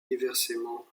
diversement